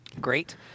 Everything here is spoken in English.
Great